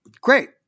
great